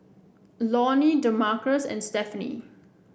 Lonny Damarcus and Stefanie